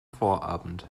vorabend